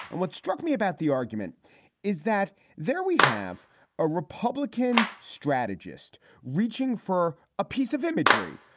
and what struck me about the argument is that there we have a republican strategist reaching for a piece of imagery,